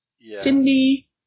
Cindy